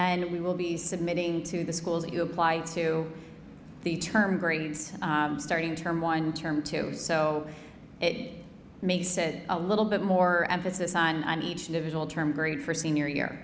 then we will be submitting to the schools you apply to the term grades starting term one term too so it makes it a little bit more emphasis on each individual term grade for senior year